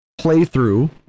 playthrough